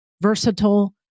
versatile